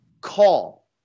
call